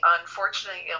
unfortunately